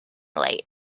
late